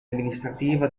amministrativa